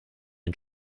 and